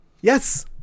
Yes